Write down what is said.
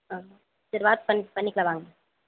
ஆ சரி பார்த்து பண்ணி பண்ணிக்கலாம் வாங்க